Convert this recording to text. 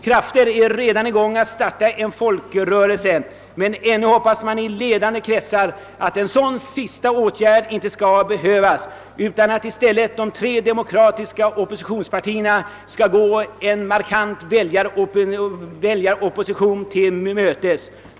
Krafter är redan i gång att starta en folkrörelse, men ännu hoppas man i ledande kretsar, att en sådan sista åtgärd inte skall behövas utan att i stället de tre demokratiska oppositionspartierna skall gå en markant väljaropinion till mötes.